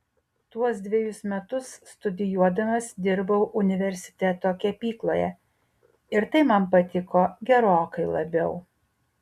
tuos dvejus metus studijuodamas dirbau universiteto kepykloje ir tai man patiko gerokai labiau